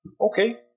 Okay